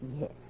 Yes